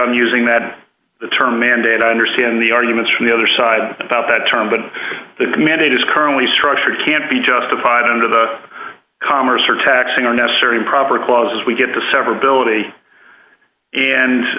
i'm using that term mandate i understand the arguments from the other side about that term but the community is currently structured can't be justified under the commerce or taxing are necessary and proper clause we get to severability and